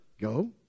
go